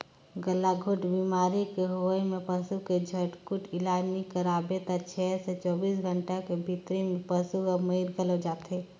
गलाघोंट बेमारी के होवब म पसू के झटकुन इलाज नई कराबे त छै से चौबीस घंटा के भीतरी में पसु हर मइर घलो जाथे